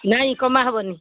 ନାହିଁ କମା ହେବନି